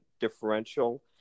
differential